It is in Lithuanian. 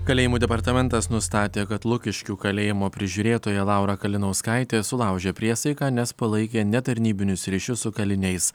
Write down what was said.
kalėjimų departamentas nustatė kad lukiškių kalėjimo prižiūrėtoja laura kalinauskaitė sulaužė priesaiką nes palaikė netarnybinius ryšius su kaliniais